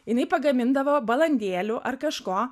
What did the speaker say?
jinai pagamindavo balandėlių ar kažko